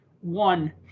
One